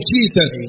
Jesus